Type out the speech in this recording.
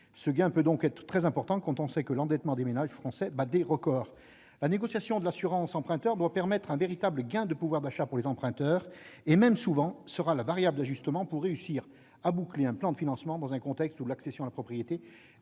Ce gain peut donc être très important quand on sait que l'endettement des ménages français bat des records. La négociation de l'assurance emprunteur doit permettre un véritable gain de pouvoir d'achat pour les emprunteurs. Elle est même souvent la variable d'ajustement pour réussir à boucler un plan de financement dans un contexte où l'accession à la propriété